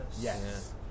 Yes